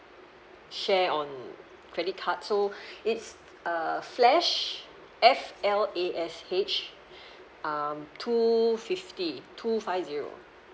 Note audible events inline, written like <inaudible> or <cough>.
share on credit card so <breath> it's err flash F L A S H <breath> um two pull fifty two five zero